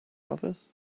office